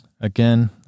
Again